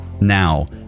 Now